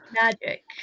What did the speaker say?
magic